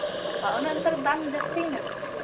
ᱵᱟᱵᱵᱟ ᱩᱱᱟᱹᱜ ᱱᱮᱛᱟᱨ ᱫᱟᱢ ᱡᱟᱹᱥᱛᱤᱭᱮᱱᱟ